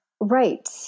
Right